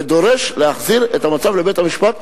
ודורש להחזיר את המצב לבית-המשפט,